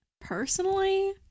personally